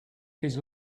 his